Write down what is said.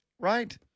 Right